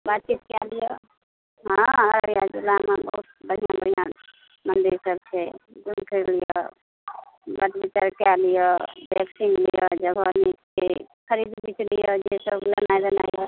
बातचीत कए लिअ हॅं अररिया जिलामे बहुत बढ़िऑं बढ़िऑं मन्दिर सब छै घुमि फिर लिअ कए लियऽ देख सुनि लिअ जगह नीक छै खरीद लिअ जे सब लेनाइ देनाइ यऽ